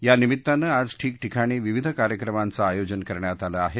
यानिमित्तानं आज ठिकठिकाणी विविध कार्यक्रमांचं आयोजन करण्यात आलं आहे